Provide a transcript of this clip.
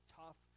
tough